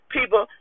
People